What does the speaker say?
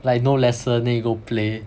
like no lesson then you go play